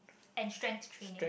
and strength training